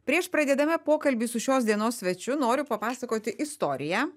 prieš pradėdama pokalbį su šios dienos svečiu noriu papasakoti istoriją